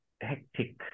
hectic